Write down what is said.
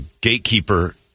gatekeeper